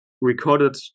recorded